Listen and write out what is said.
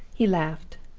he laughed.